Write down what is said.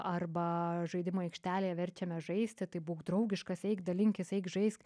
arba žaidimų aikštelėj verčiame žaisti tai būk draugiškas eik dalinkis eik žaisk